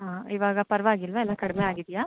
ಹಾಂ ಇವಾಗ ಪರ್ವಾಗಿಲ್ವಾ ಎಲ್ಲ ಕಡಿಮೆ ಆಗಿದೆಯಾ